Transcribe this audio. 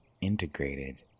integrated